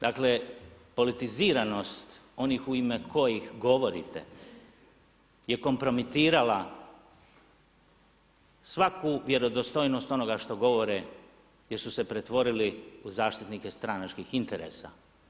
Dakle, politiziranost onih u ime kojih govorite je kompromitirala svaku vjerodostojnost onoga što govore jer su pretvorili u zaštitnike stranačkih interesa.